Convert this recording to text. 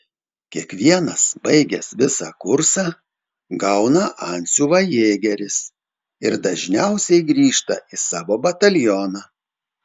kiekvienas baigęs visą kursą gauna antsiuvą jėgeris ir dažniausiai grįžta į savo batalioną